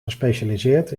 gespecialiseerd